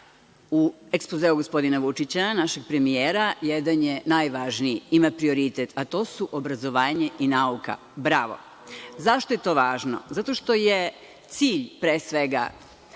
u ekspozeu gospodina Vučića, našeg premijera, jedan je najvažniji, ima prioritet, a to su obrazovanje i nauka. Bravo.Zašto je to važno? Zato što je cilj, pre svega,